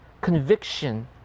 conviction